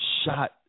shot